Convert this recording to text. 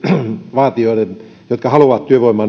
niiden varassa jotka haluavat työvoimaa